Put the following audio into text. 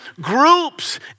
groups